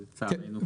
לצערנו כן.